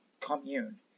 Commune